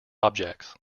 objects